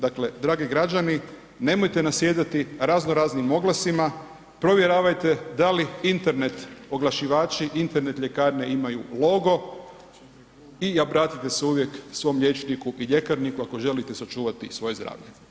Dakle dragi građani nemojte nasjedati razno raznim oglasima, provjeravajte da li Internet oglašivači, Internet ljekarne imaju logo i obratite se uvijek svom liječniku i ljekarniku ako želite sačuvati svoje zdravlje.